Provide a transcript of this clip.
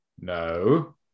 No